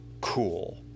cool